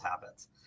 habits